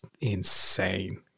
insane